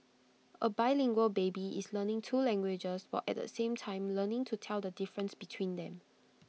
A bilingual baby is learning two languages while at the same time learning to tell the difference between them